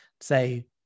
say